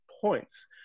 points